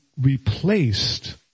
replaced